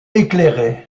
éclairé